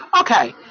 Okay